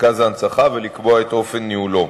מרכז ההנצחה ולקבוע את אופן ניהולו.